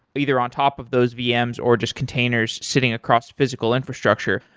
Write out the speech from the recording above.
either on top of those vm's or just containers sitting across physical infrastructure.